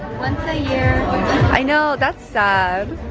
once a year i know. that's sad.